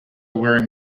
wearing